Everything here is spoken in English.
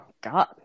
God